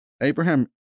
Abraham